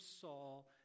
Saul